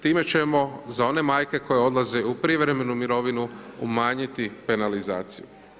Time ćemo za one majke koje odlaze u privremenu mirovinu, umanjiti penalizaciju.